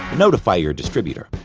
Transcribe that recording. notify your distributor.